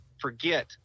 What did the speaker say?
forget